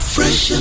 Fresh